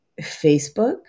Facebook